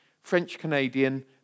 French-Canadian